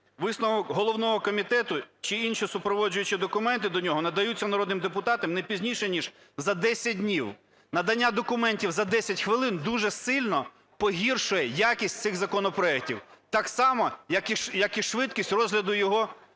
висновок головного комітету чи інші супроводжуючі документи до нього надаються народним депутатам не пізніше ніж за 10 днів. Надання документів за 10 хвилин дуже сильно погіршує якість цих законопроектів, так само як і швидкість розгляду його в комітетах.